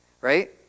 Right